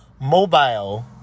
mobile